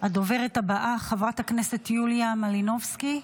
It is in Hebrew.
הדוברת הבאה, חברת הכנסת יוליה מלינובסקי.